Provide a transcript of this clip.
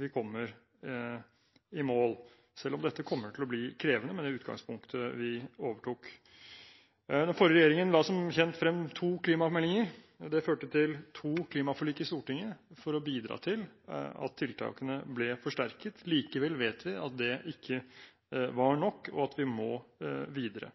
vi kommer i mål, selv om dette kommer til å bli krevende med det utgangspunktet vi overtok. Den forrige regjeringen la som kjent frem to klimameldinger. Det førte til to klimaforlik i Stortinget for å bidra til at tiltakene ble forsterket. Likevel vet vi at det ikke var nok, og at vi må videre.